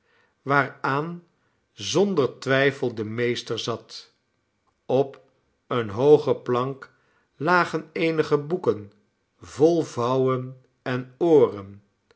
waaraan zonder twijfel de meester zat op eene hooge plank lagen eenige boeken vol vouwen en ooren